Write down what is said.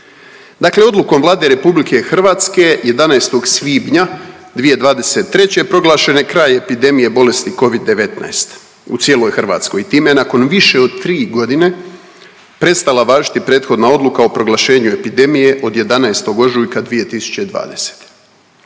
Dakle odlukom Vlade RH 11. svibnja 2023. proglašen je kraj epidemije bolesti covid-19 u cijeloj Hrvatskoj i time je nakon više od 3.g. prestala važiti prethodna odluka o proglašenju epidemije od 11. ožujka 2020..